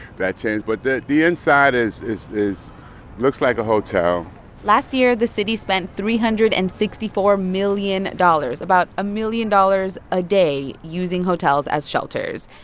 that changed, but the the inside is is is looks like a hotel last year, the city spent three hundred and sixty four million dollars about a million dollars a day using hotels as shelters.